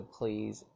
please